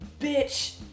bitch